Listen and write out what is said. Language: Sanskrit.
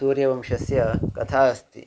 सूर्यवंशस्य कथा अस्ति